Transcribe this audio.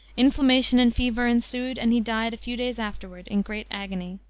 inflammation and fever ensued, and he died a few days afterward in great agony.